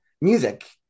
music